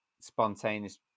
spontaneous